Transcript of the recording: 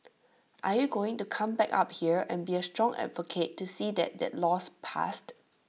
are you going to come back up here and be A strong advocate to see that that law's passed